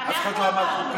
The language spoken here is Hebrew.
אף אחד לא אמר חוקה.